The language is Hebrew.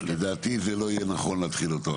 לדעתי זה לא יהיה נכון להתחיל עכשיו?